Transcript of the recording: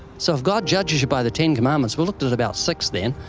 so, if god judges you by the ten commandments, we looked at about six then,